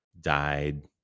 died